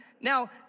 Now